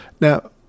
Now